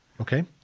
Okay